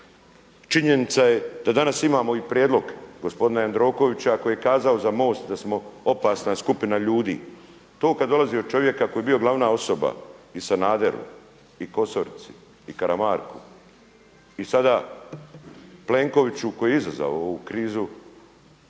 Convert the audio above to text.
Činjenica je da danas imamo i prijedlog gospodina Jandrokovića koji je kazao za MOST da smo opasna skupina ljudi. To kada dolazi od čovjeka koji je bio glavna osoba i Sanaderu i KOsorici i Karamarku i sada Plenkoviću koji je izazvao ovu krizu